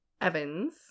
Evans